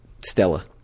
Stella